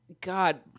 God